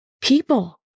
people